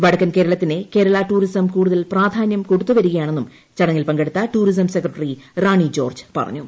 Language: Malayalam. വടക്കൻ കേരളത്തിനെ കേരളാ ടൂറിസം കൂടുതൽ പ്രാധാന്യം കൊടുത്തുവരുകയാണെന്നും ചടങ്ങിൽ പങ്കെടുത്ത ടൂറിസം സെക്രട്ടറി റാണി ജോർജ് പറഞ്ഞു